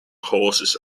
horses